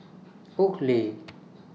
Oakley